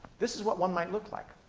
this is what one might look like.